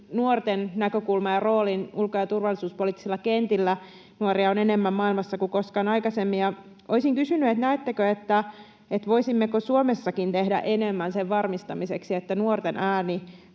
esiin nuorten näkökulman ja roolin ulko- ja turvallisuuspoliittisilla kentillä. Nuoria on enemmän maailmassa kuin koskaan aikaisemmin. Olisin kysynyt: näettekö, että voisimme Suomessakin tehdä enemmän sen varmistamiseksi, että nuorten ääni